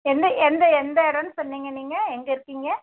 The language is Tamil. எந்த எந்த எந்த இடம்னு சொன்னீங்க நீங்கள் எங்கே இருக்கீங்க